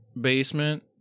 basement